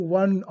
one